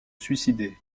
suicider